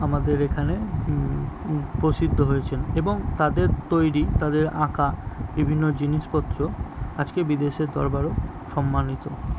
আমাদের এখানে প্রসিদ্ধ হয়েছেন এবং তাদের তৈরি তাদের আঁকা বিভিন্ন জিনিসপত্র আজকে বিদেশের দরবারেও সম্মানিত